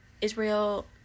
Israel